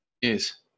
Yes